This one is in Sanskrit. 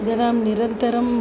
इदानीं निरन्तरम्